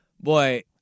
Boy